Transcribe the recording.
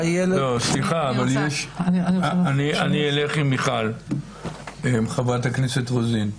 אני אלך עם חברת הכנסת רוזין.